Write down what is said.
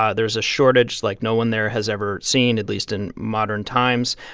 ah there's a shortage like no one there has ever seen, at least in modern times.